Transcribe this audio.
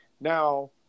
now